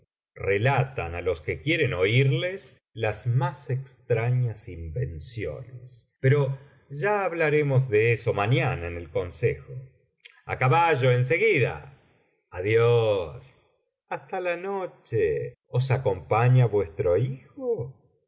relatan á los que quieren oírles las más extrañas invenciones pero ya hablaremos de eso mañana en el consejo a caballo en seguida adiós hasta la noche os acompaña vuestro hijo